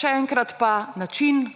Še enkrat pa: način,